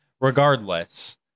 Regardless